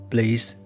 Please